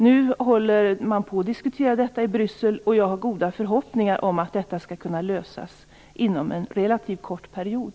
Nu håller man på att diskutera detta i Bryssel, och jag har goda förhoppningar om att en lösning skall kunna uppnås inom en relativt kort period.